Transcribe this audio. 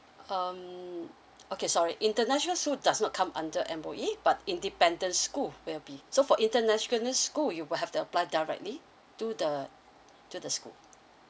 um okay sorry international school does not come under M_O_E but independent school will be so for international school you will have the applied directly to the to the school